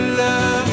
love